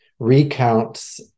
recounts